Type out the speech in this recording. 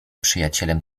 przyjacielem